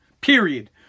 period